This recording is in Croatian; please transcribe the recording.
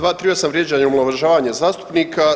238. vrijeđanje i omalovažavanje zastupnika.